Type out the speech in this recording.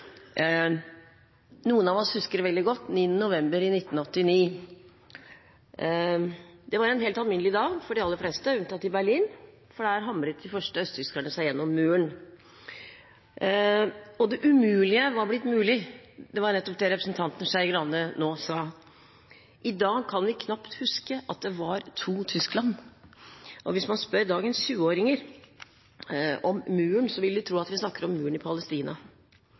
Noen av oss husker veldig godt 9. november 1989. Det var en helt alminnelig dag for de aller fleste, unntatt i Berlin, for der hamret de første østtyskerne seg gjennom Muren. Det umulige var blitt mulig – det var nettopp det representanten Skei Grande nå sa. I dag kan vi knapt huske at det var to Tyskland. Hvis man spør dagens 20-åringer om Muren, vil de tro at vi snakker om muren i Palestina.